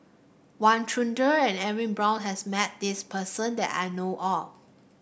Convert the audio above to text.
Wang Chunde and Edwin Brown has met this person that I know of